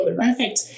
Perfect